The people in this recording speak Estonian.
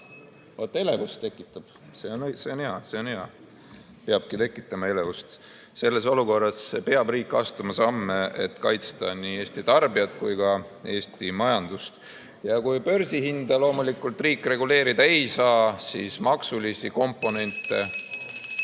Vaat elevust tekitab – see on hea! See on hea, peabki tekitama elevust. Selles olukorras peab riik astuma samme, et kaitsta nii Eesti tarbijaid kui ka Eesti majandust. Ja kui börsihinda loomulikult riik reguleerida ei saa, siis maksulisi komponente